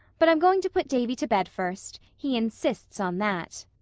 but i'm going to put davy to bed first. he insists on that.